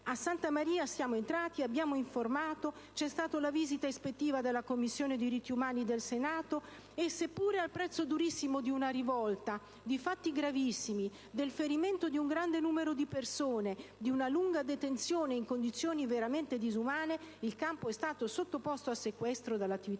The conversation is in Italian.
a Santa Maria siamo entrati, abbiamo informato, c'è stata la visita ispettiva della Commissione straordinaria per la tutela e la promozione dei diritti umani del Senato e, seppure al prezzo durissimo di una rivolta, di fatti gravissimi, del ferimento di un grande numero di persone, di una lunga detenzione in condizioni veramente disumane, il campo è stato sottoposto a sequestro dalle autorità